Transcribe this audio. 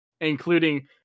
including